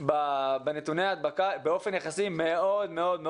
בנתוני ההדבקה באופן יחסי נמוך מאוד.